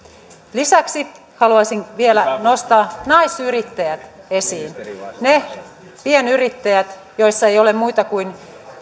lisäksi haluaisin vielä nostaa naisyrittäjät esiin ne pienyritykset joissa ei ole muita kuin